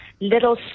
little